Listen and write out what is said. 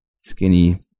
Skinny